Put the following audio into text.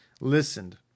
listened